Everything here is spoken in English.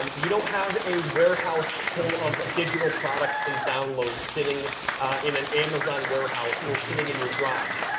um you don't have a warehouse full of digital products and downloads sitting in an amazon warehouse, or sitting in your garage.